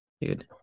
Dude